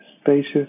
spacious